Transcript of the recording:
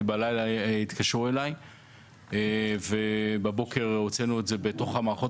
בלילה כשהתקשרו אליי ובבוקר כשהוצאנו את זה בתוך המערכות